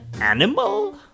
animal